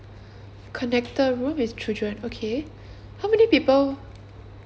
connected room is children okay how many people